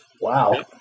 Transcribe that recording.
Wow